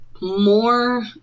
more